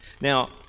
now